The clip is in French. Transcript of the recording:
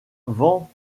vend